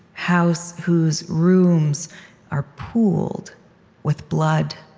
house whose rooms are pooled with blood.